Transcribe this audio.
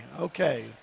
okay